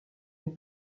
les